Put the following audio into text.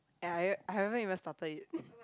and I I haven't even started it